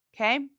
Okay